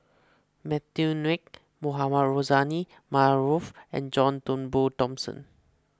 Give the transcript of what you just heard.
Matthew Ngui Mohamed Rozani Maarof and John Turnbull Thomson